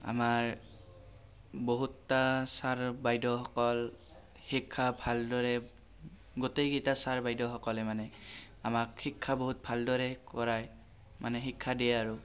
আমাৰ বহুতটা ছাৰ বাইদেউসকল শিক্ষা ভালদৰে গোটেইকেইটা ছাৰ বাইদেউসকলে মানে আমাক শিক্ষা বহুত ভালদৰে কৰায় মানে শিক্ষা দিয়ে আৰু